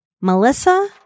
Melissa